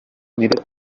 needed